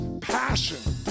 passion